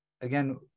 again